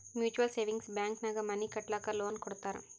mutual savings bank ನಾಗ್ money ಕಟ್ಟಲಕ್ಕ್ loan ಕೊಡ್ತಾರ್